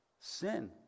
Sin